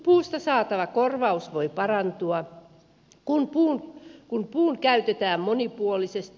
puusta saatava korvaus voi parantua kun puu käytetään monipuolisesti